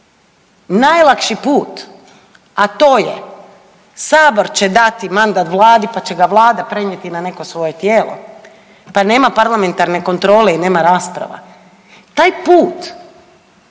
najlakši put, a to je Sabor će dati mandat Vladi pa će ga Vlada prenijeti na neko svoje tijelo, pa nema parlamentarne kontrole i nema rasprava taj put